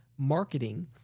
marketing